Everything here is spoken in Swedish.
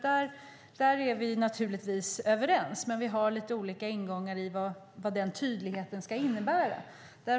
Där är vi naturligtvis överens, men vi har lite olika ingångar när det gäller vad tydligheten ska innebära.